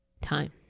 time